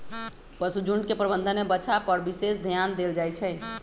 पशुझुण्ड के प्रबंधन में बछा पर विशेष ध्यान देल जाइ छइ